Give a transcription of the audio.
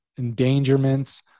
endangerments